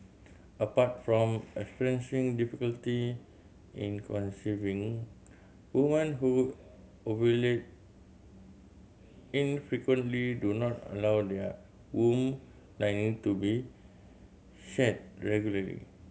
apart from experiencing difficulty in conceiving women who ovulate infrequently do not allow their womb lining to be shed regularly